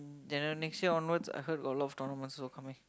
then the next year onwards I heard got a lot of tournaments also coming